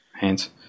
hands